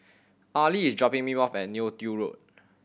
Arley is dropping me off at Neo Tiew Road